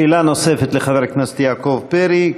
שאלה נוספת לחבר הכנסת יעקב פרי,